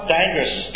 dangerous